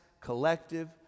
collective